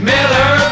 Miller